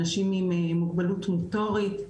אנשים עם מוגבלות מוטורית,